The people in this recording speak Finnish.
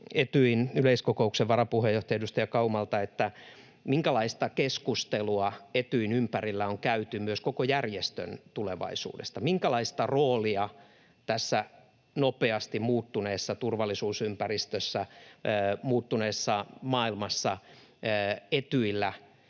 Etyjin yleiskokouksen varapuheenjohtaja edustaja Kaumalta myös: Minkälaista keskustelua Etyjin ympärillä on käyty myös koko järjestön tulevaisuudesta? Minkälaista roolia tässä nopeasti muuttuneessa turvallisuusympäristössä, muuttuneessa maailmassa Etyjillä